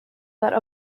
that